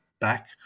back